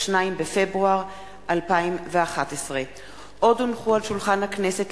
2 בפברואר 2011. עוד הונחו על שולחן הכנסת,